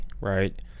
right